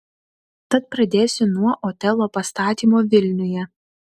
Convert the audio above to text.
tad pradėsiu nuo otelo pastatymo vilniuje